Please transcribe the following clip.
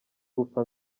gupfa